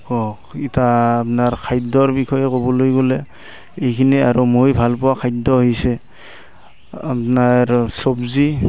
ক ইতা আপোনাৰ খাদ্যৰ বিষয়ে ক'বলৈ গ'লে এইখিনি আৰু মই ভাল পোৱা খাদ্য হৈছে আপোনাৰ চব্জি